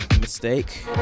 Mistake